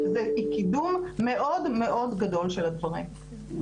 זה קידום מאוד מאוד גדול של הדברים.